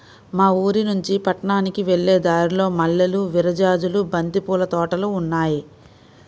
మా ఊరినుంచి పట్నానికి వెళ్ళే దారిలో మల్లెలు, విరజాజులు, బంతి పూల తోటలు ఉన్నాయ్